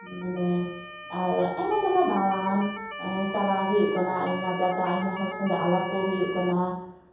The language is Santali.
ᱢᱟᱱᱮ ᱟᱨ ᱟᱭᱢᱟ ᱡᱟᱭᱜᱟ ᱫᱟᱬᱟᱱ ᱪᱟᱞᱟᱣ ᱦᱩᱭᱩᱜ ᱠᱟᱱᱟ ᱟᱭᱢᱟ ᱡᱟᱭᱜᱟ ᱟᱭᱢᱟ ᱦᱚᱲ ᱟᱛᱮᱫ ᱟᱞᱟᱯᱚᱜ ᱦᱩᱭᱩᱜ ᱠᱟᱱᱟ